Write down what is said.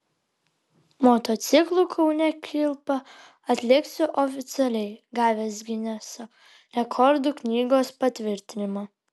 motociklu kaune kilpą atliksiu oficialiai gavęs gineso rekordų knygos patvirtinimą